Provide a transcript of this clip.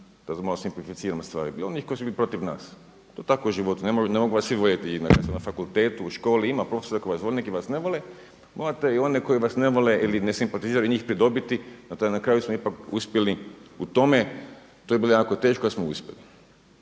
da malo simplificiramo stvari. Bilo je onih koji su bili protiv nas, to je tako u životu. Ne mogu vas svi voljeti i na fakultetu, i u školi, ima profesora koji vas vole, neki vas ne vole, znate i one koji vas ne vole morate i one koji vas ne vole ili ne simpatiziraju njih pridobiti i na kraju smo ipak uspjeli u tome. To je bilo jako teško ali smo uspjeli.